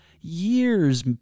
years